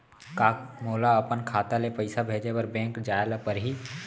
का मोला अपन खाता ले पइसा भेजे बर बैंक जाय ल परही?